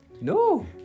No